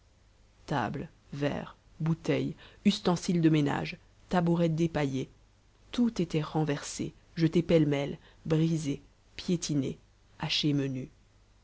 tables verres bouteilles ustensiles de ménage tabourets dépaillés tout était renversé jeté pêle-mêle brisé piétiné haché menu